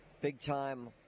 big-time